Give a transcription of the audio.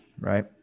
Right